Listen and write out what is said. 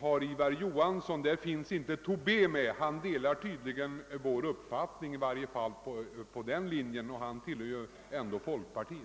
har Ivar Johansson som första namn återfinns inte herr Tobés namn. Han delar tydligen vår uppfattning i varje fall på den punkten, och han tillhör folkpartiet.